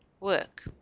work